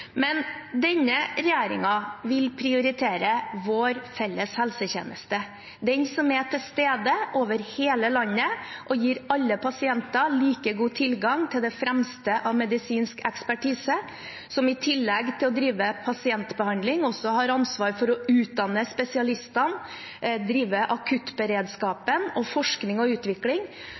Men denne regjeringen vil prioritere vår felles helsetjeneste – den som er til stede over hele landet og gir alle pasienter like god tilgang til det fremste av medisinsk ekspertise, som i tillegg til å drive pasientbehandling også har ansvar for å utdanne spesialister, drive akuttberedskap, forskning og utvikling.